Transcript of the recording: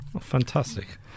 fantastic